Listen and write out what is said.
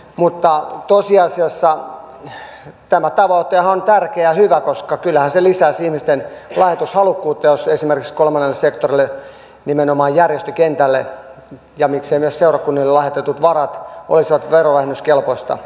mutta tosiasiassa tämä tavoitehan on tärkeä ja hyvä koska kyllähän se lisäisi ihmisten lahjoitushalukkuutta jos esimerkiksi kolmannelle sektorille nimenomaan järjestökentälle ja miksei myös seurakunnille lahjoitetut varat olisivat verovähennyskelpoisia